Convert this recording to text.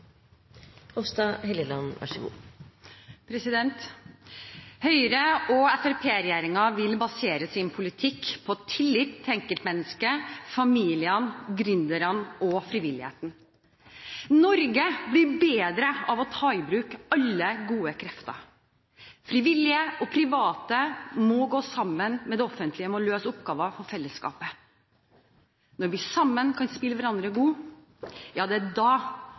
vil basere sin politikk på tillit til enkeltmennesket, familiene, gründerne og frivilligheten. Norge blir bedre av å ta i bruk alle gode krefter. Frivillige og private må gå sammen med det offentlige om å løse oppgaver for fellesskapet. Når vi sammen kan spille hverandre